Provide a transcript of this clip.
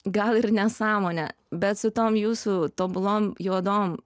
gal ir nesąmonė bet su tom jūsų tobulom juodom